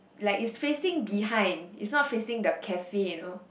like is facing behind it's not facing the cafe you know